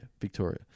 Victoria